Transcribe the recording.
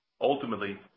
Ultimately